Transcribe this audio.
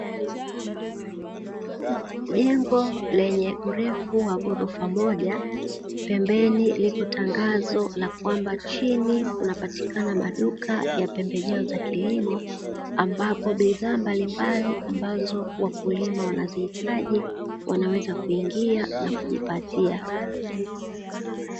Jengo lenye urefu wa ghorofa moja pembeni liko tangazo la kwamba chini kunapatikana maduka ya pembejeo za kilimo, ambapo bidhaa mbalimbali ambazo wakulima wanazihitaji wanaweza kuingia na kujipatia.